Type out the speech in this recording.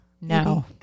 No